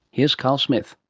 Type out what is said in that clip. here's carl smith.